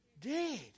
dead